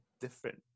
different